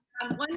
One